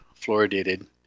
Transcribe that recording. fluoridated